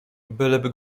byleby